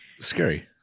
scary